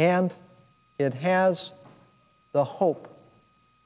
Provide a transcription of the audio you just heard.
and it has the hope